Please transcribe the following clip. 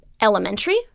elementary